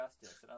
Justice